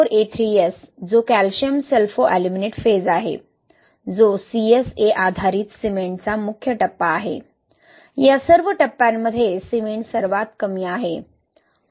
आणि C4A3S जो calcium sulphoaluminate phase आहे जो CSA आधारित सिमेंटचा मुख्य टप्पा आहे या सर्व टप्प्यांमध्ये सिमेंट सर्वात कमी आहे